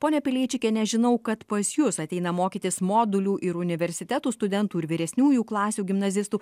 ponia pileičikiene žinau kad pas jus ateina mokytis modulių ir universitetų studentų ir vyresniųjų klasių gimnazistų